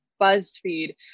BuzzFeed